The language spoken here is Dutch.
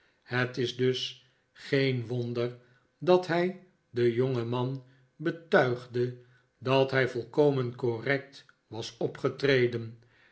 het is dus geen wonder dat hij den jongeman betuigde dat hij volkomen correct was opgetreden